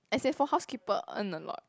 as in for housekeeper earn a lot